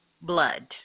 blood